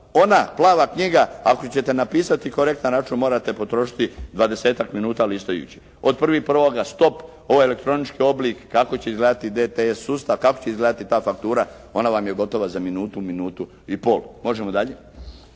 ona plava knjiga, ako ćete napisati korektan račun morate potrošiti dvadesetak minuta listajući. Od 1.1. stop, ovaj elektronički oblik, kako će izgledati DTS sustav, kako će izgledati ta faktura, ona vam je gotova za minutu, minutu i pol. Možemo dalje.